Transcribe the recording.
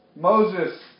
Moses